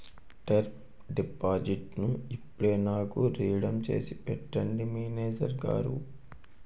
term డిపాజిట్టును ఇప్పుడే నాకు రిడీమ్ చేసి పెట్టండి మేనేజరు గారు